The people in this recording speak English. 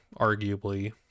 arguably